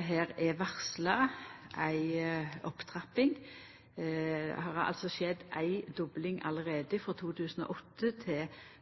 Her er det varsla ei opptrapping. Det har altså skjedd ei dobling allereie frå 2008 til